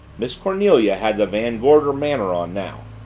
miss cornelia had the van gorder manner on now.